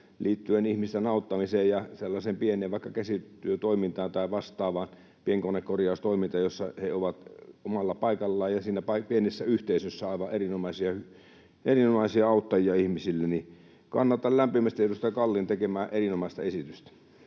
liittyen ihmisten auttamiseen ja vaikka sellaiseen pieneen käsityötoimintaan tai vastaavaan pienkonekorjaustoimintaan, jossa he ovat omalla paikallaan ja siinä pienessä yhteisössä aivan erinomaisia auttajia ihmisille. Kannatan lämpimästi edustaja Kallin tekemää erinomaista esitystä.